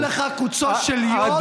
אם חשוב לך קוצו של יו"ד,